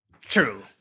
true